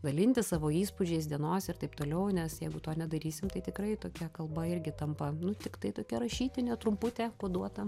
dalintis savo įspūdžiais dienos ir taip toliau nes jeigu to nedarysim tai tikrai tokia kalba irgi tampa nu tiktai tokia rašytinė trumputė koduota